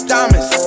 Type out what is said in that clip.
Diamonds